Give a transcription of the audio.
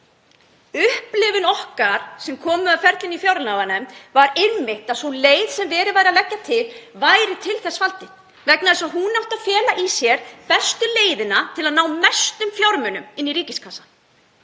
Upplifun okkar sem komum að ferlinu í fjárlaganefnd var einmitt að sú leið sem verið væri að leggja til væri til þess fallin, vegna þess að hún átti að fela í sér bestu leiðina til að ná mestum fjármunum inn í ríkiskassann.